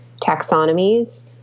taxonomies